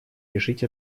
решить